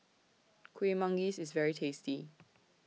Kueh Manggis IS very tasty